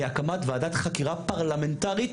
מהקמת וועדת חקירה פרלמנטרית,